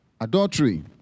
adultery